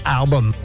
album